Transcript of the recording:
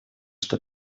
что